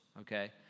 okay